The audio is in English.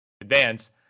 advance